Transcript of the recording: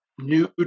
new